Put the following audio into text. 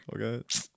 Okay